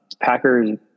Packers